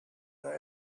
that